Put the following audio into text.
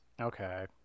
Okay